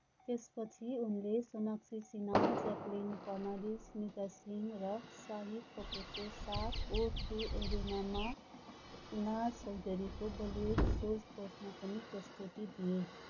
त्यसपछि उनले सोनाक्षी सिन्हा ज्याक्लिन फर्नान्डिज मिका सिंह र शाहिद कपुरको साथ ओ टू एरेनामा नाज चौधरीको बलिउड सोज्टपर्समा पनि प्रस्तुति दिए